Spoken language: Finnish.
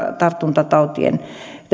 tartuntatautien